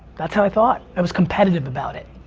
that's how i thought, i was competitive about it,